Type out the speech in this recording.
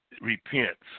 repents